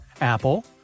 Apple